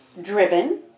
Driven